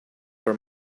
for